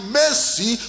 mercy